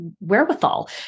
wherewithal